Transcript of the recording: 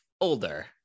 older